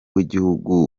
w’igihugu